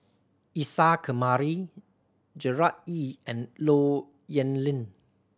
Isa Kamari Gerard Ee and Low Yen Ling